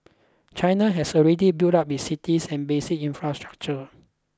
China has already built up its cities and basic infrastructure